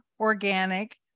organic